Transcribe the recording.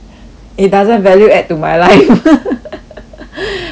it doesn't value add to my life I don't want